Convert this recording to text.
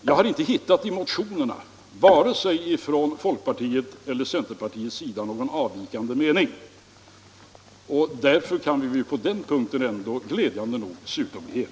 Jag har inte hittat någon avvikande mening i motionerna, vare sig från folkpartiet eller centerpartiet. Därför ser det, glädjande nog, ut som om vi ändå skulle kunna bli eniga på den punkten.